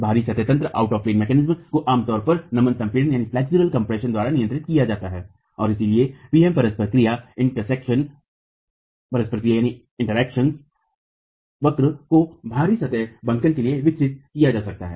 बहरी सतह तंत्र को आमतौर पर नमन संपीडन द्वारा नियंत्रित किया जाता है और इसलिए पी एम परस्पर क्रिया वक्र को बहरी सतह बंकन के लिए विकसित किया जा सकता है